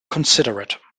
considerate